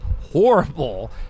horrible